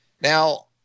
Now